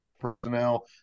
personnel